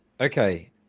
Okay